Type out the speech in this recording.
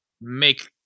make